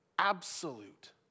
absolute